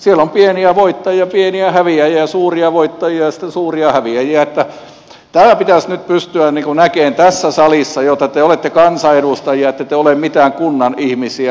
siellä on pieniä voittajia ja pieniä häviäjiä ja suuria voittajia ja sitten suuria häviäjiä eli tämä pitäisi nyt pystyä näkemään tässä salissa että te olette kansanedustajia ette te ole mitään kunnan ihmisiä